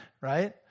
Right